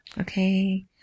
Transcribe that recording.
Okay